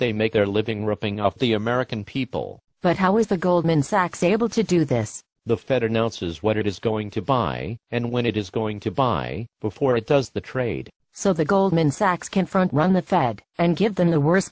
they make their living ripping off the american people but how is the goldman sachs able to do this the fed announces what it is going to buy and when it is going to buy before it does the trade so the goldman sachs confront run the fed and give them the worst